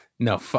No